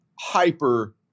hyper